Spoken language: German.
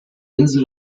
insel